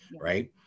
right